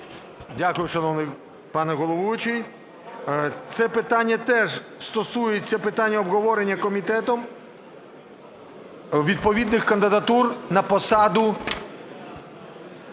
Дякую, шановний пане головуючий. Це питання теж стосується питання обговорення комітетом відповідних кандидатур на посаду